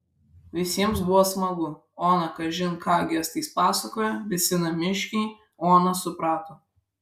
visiems buvo smagu ona kažin ką gestais pasakojo visi namiškiai oną suprato